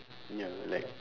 ya like